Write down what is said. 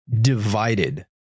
divided